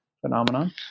phenomenon